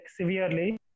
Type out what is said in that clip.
severely